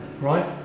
Right